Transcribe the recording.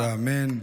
אמר ואמן.